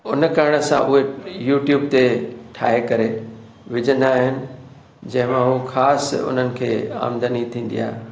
उन कारण सां उहे युट्यूब ते ठाइ करे विझंदा आहिनि जंहिं मां उहो ख़ासु उन्हनि खें आमदनी थींदी आहे